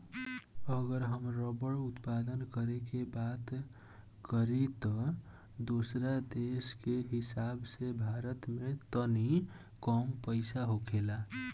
अगर हम रबड़ उत्पादन करे के बात करी त दोसरा देश के हिसाब से भारत में तनी कम पैदा होखेला